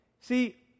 See